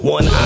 One